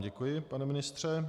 Děkuji vám, pane ministře.